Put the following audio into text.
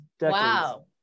Wow